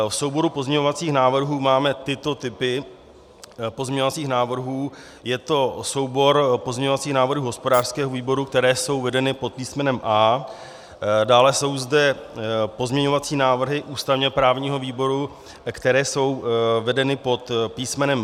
V souboru pozměňovacích návrhů máme tyto typy pozměňovacích návrhů: je to soubor pozměňovacích návrhů hospodářského výboru, které jsou vedeny pod písmenem A, dále jsou zde pozměňovací návrhy ústavněprávního výboru, které jsou vedeny pod písmenem B.